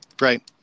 Right